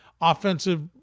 offensive